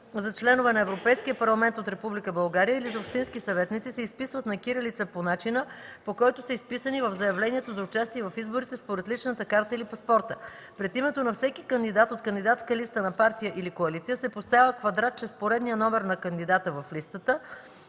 за членове на Европейския парламент от Република България или за общински съветници, се изписват на кирилица по начина, по който са изписани в заявлението за участие в изборите според личната карта или паспорта. Пред името на всеки кандидат от кандидатска листа на партия или коалиция се поставя квадратче с поредния номер на кандидата в листата,